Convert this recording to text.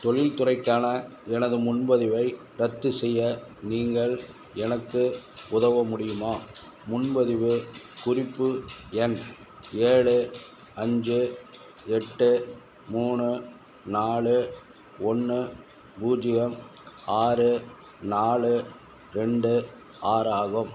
தொழில்துறைக்கான எனது முன்பதிவை ரத்து செய்ய நீங்கள் எனக்கு உதவ முடியுமா முன்பதிவு குறிப்பு எண் ஏழு அஞ்சு எட்டு மூணு நாலு ஒன்று பூஜ்ஜியம் ஆறு நாலு ரெண்டு ஆறு ஆகும்